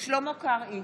שלמה קרעי,